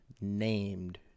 named